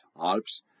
Alps